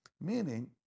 Meaning